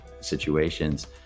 situations